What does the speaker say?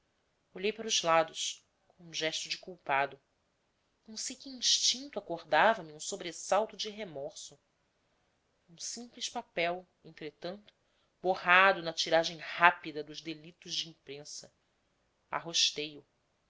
para os lados com um gesto de culpado não sei que instinto me acordava um sobressalto de remorso um simples papel entretanto borrado na tiragem rápida dos delitos de imprensa arrostei o